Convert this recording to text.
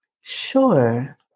Sure